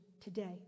today